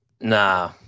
Nah